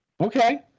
Okay